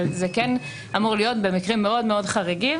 זה כן אמור להיות במקרים מאוד מאוד חריגים